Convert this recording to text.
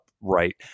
right